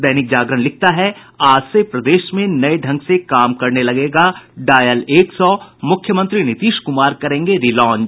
दैनिक जागरण लिखता है आज से प्रदेश में नये ढंग से काम करने लगेगा डायल एक सौ मुख्यमंत्री नीतीश कुमार करेंगे री लांच